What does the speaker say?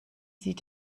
sie